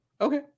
Okay